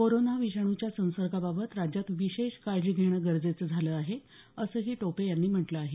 corona विषाणूच्या संसर्गाबाबत राज्यात विशेष काळजी घेणं गरजेचं झालं आहे असंही टोपे यांनी म्हटलं आहे